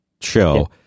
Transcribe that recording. show